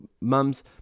mums